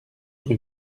rue